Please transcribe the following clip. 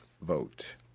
vote